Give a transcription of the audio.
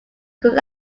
could